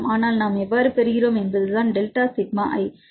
ஆனால் நாம் எவ்வாறு பெறுகிறோம் என்பதுதான் டெல்டா சிக்மா I